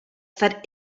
that